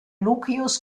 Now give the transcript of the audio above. lucius